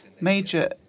major